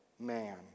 Man